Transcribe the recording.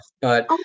But-